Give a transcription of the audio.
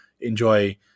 enjoy